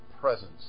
presence